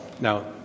Now